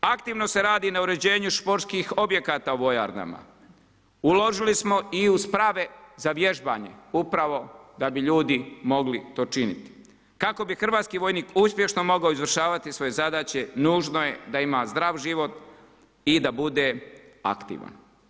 Aktivno se radi na uređuju sportskih objekata u vojarnama, uložili smo i u sprave za vježbanje upravo da bi ljudi mogli to činiti, kako bi hrvatski vojnik uspješno mogao izvršavati svoje zadaće nužno je da ima zdrav život i da bude aktivan.